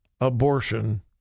abortion